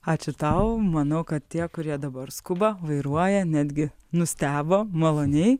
ačiū tau manau kad tie kurie dabar skuba vairuoja netgi nustebo maloniai